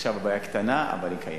עכשיו הבעיה קטנה, אבל היא קיימת.